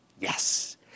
Yes